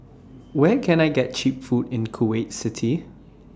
Where Can I get Cheap Food in Kuwait City